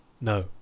No